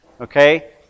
okay